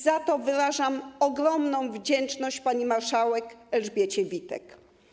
Za to wyrażam ogromną wdzięczność pani marszałek Elżbiecie Witek.